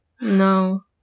No